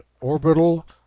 orbital